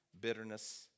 Bitterness